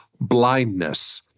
blindness